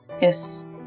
yes